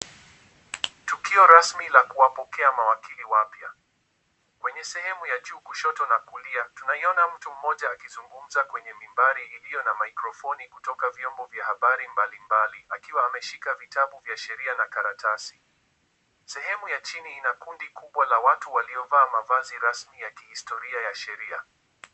Tukio rasmi la kuwapokea mawakili wapya. Kwenye sehemu ya juu kushoto na kulia tunaiona mtu mmoja akizungumza kwenye mibari iliyo na mikrofoni kutoka vyombo vya habari mbalimbali akiwa ameshika vitabu vya sheria na karatasi. Sehemu ya chini ina kundi kubwa la watu waliovaa mavazi rasmi ya kihistoria ya sheria.